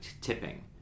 tipping